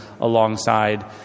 alongside